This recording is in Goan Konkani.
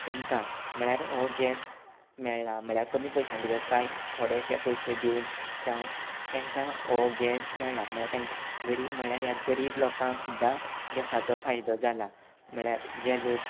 तेंमकां म्हणल्यार हो गॅस मेळ्ळा म्हणल्यार कमी पयश्यां भितर कांय थोडेशे पयशे दिवून जावं तेंकां हो गॅस मेळ्ळा म्हणल्यार तेंक गरीब म्हणल्यार ह्या गरीब लोकांक सुद्दां गॅसाचो फायदो जाला म्हणल्यार जे लोक